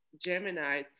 Gemini